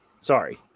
Sorry